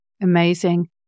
Amazing